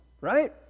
right